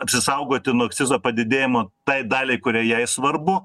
apsisaugoti nuo akcizo padidėjimo tai daliai kuri jai svarbu